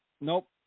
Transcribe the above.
Nope